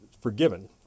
forgiven